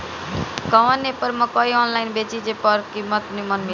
कवन एप पर मकई आनलाइन बेची जे पर कीमत नीमन मिले?